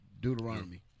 Deuteronomy